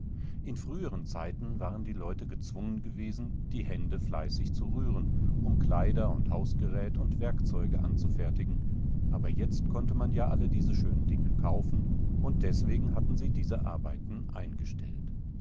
in früheren zeiten waren die leute gezwungen gewesen die hände fleißig zu rühren um kleider und hausgerät und werkzeuge anzufertigen aber jetzt konnte man ja alle diese schönen dinge kaufen und deswegen hatten sie diese arbeiten eingestellt